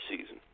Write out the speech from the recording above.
season